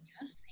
Yes